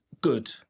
good